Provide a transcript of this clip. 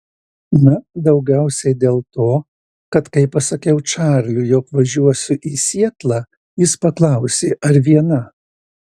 na daugiausiai dėl to kad kai pasakiau čarliui jog važiuosiu į sietlą jis paklausė ar viena